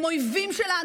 הם אויבים שלנו.